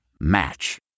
Match